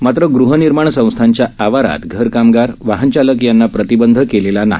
मात्र गृहनिर्माण संस्थांच्या आवारात घर कामगारवाहन चालक यांना प्रतिबंध केलेला नाही